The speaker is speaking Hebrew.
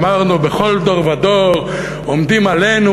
אמרנו: "בכל דור ודור עומדים עלינו